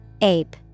ape